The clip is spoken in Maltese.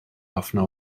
ħafna